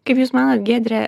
kaip jūs manot giedre